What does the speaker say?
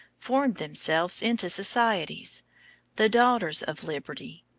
formed themselves into societies the daughters of liberty.